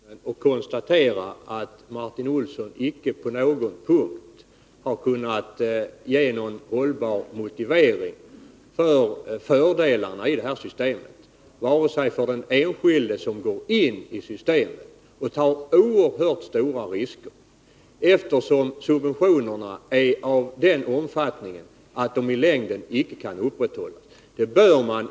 Herr talman! Låt mig bara konstatera att Martin Olsson inte på någon punkt har kunnat ge en hållbar motivering för fördelarna i det här systemet för den enskilde som går in i det och tar oerhört stora risker, eftersom subventionerna är av den omfattningen att de i längden icke kan upprätthållas.